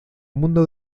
mundo